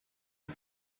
the